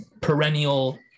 perennial